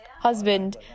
husband